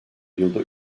yılda